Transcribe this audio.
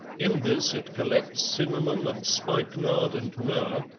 in this it collects cinnamon, and spikenard, and myrrh,